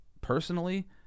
personally